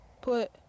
put